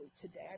today